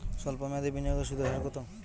সল্প মেয়াদি বিনিয়োগের সুদের হার কত?